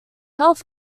health